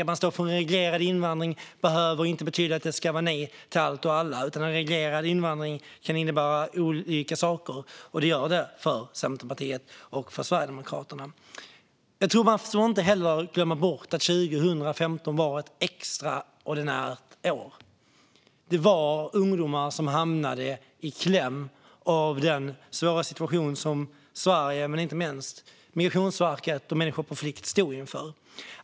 Att man står för en reglerad invandring behöver inte betyda att det ska vara nej till allt och alla, utan det kan innebära olika saker, som det gör för Centerpartiet respektive Sverigedemokraterna. Man får inte heller glömma bort att 2015 var ett extraordinärt år. Ungdomar hamnade i kläm på grund av den svåra situation som Sverige, inte minst Migrationsverket, och människor på flykt stod inför.